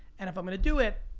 and if i'm gonna do it,